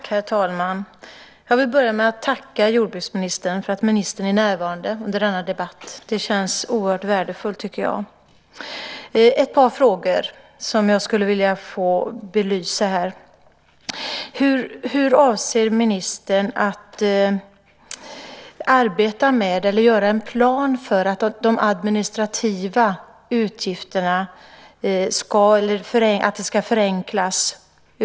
Herr talman! Jag vill börja med att tacka jordbruksministern för att ministern är närvarande under denna debatt. Det känns oerhört värdefullt. Ett par frågor skulle jag vilja få belysta här. Hur avser ministern att arbeta eller att göra en plan för att administrationen över huvud taget ska förenklas?